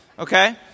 Okay